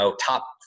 top